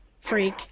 freak